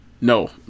no